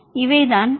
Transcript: இவைதான் பி